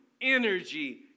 energy